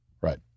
Right